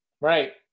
Right